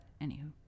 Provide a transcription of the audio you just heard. anywho